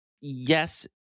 Yes